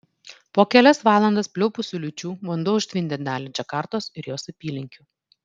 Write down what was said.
po kelias valandas pliaupusių liūčių vanduo užtvindė dalį džakartos ir jos apylinkių